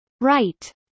Right